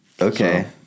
Okay